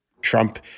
Trump